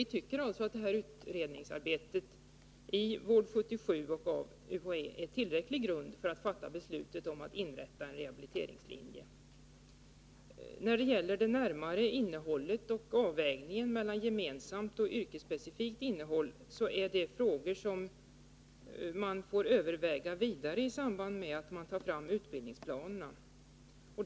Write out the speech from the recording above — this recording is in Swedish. Vi tycker att detta utredningsarbete i Vård 77 och inom UHÄ är tillräcklig grund för att fatta beslut om att inrätta en rehabiliteringslinje. Det närmare innehållet och avvägningen mellan gemensamt och yrkesspecifikt innehåll är frågor som man får överväga vidare i samband med att man tar fram utbildningsplanerna.